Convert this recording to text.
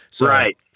right